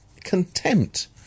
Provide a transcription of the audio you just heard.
contempt